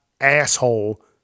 asshole